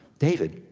david,